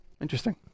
Interesting